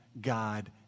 God